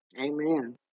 Amen